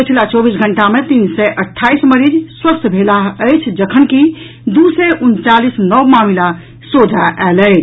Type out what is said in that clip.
पछिला चौबीस घंटा मे तीन सय अठाईस मरीज स्वस्थ भेलाह अछि जखनकि दू सय उनचालीस नव मामिला सोझा आयल अछि